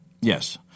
Yes